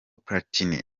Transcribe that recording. platini